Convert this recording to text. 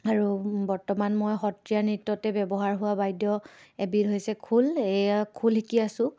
আৰু বৰ্তমান মই সত্ৰীয়া নৃত্যতে ব্যৱহাৰ হোৱা বাদ্য এবিধ হৈছে খোল এইয়া খোল শিকি আছোঁ